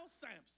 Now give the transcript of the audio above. Samson